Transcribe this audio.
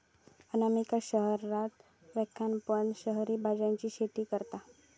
अनामिका शहरात रवान पण शहरी भाज्यांची शेती करता